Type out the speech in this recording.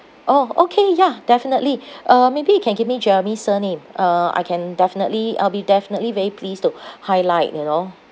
orh okay ya definitely uh maybe you can give me jeremy's surname uh I can definitely I'll be definitely very pleased to highlight you know